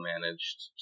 managed